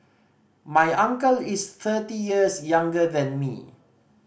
my uncle is thirty years younger than me